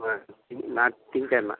ஆ திங் நா திங்கெழம